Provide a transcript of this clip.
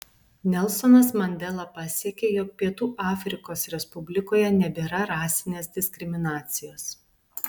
nelsonas mandela pasiekė jog pietų afriko respublikoje nebėra rasinės diskriminacijos